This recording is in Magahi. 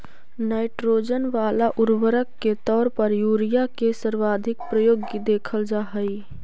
नाइट्रोजन वाला उर्वरक के तौर पर यूरिया के सर्वाधिक प्रयोग देखल जा हइ